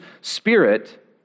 spirit